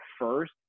first